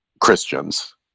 christians